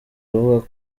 avuga